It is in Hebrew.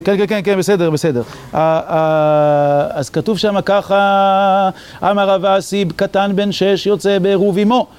כן, כן, כן, כן, בסדר, בסדר. אז כתוב שם ככה, אמר עבאסי, קטן בן שש, יוצא ברובימו.